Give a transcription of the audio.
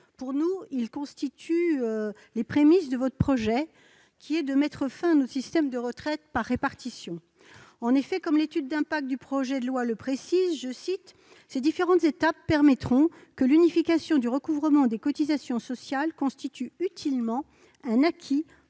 contient, selon nous, les prémices de votre projet de mettre fin à notre système de retraite par répartition. En effet, comme l'étude d'impact du projet de loi le précise, « ces différentes étapes permettront que l'unification du recouvrement des cotisations sociales constitue utilement un acquis